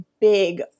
big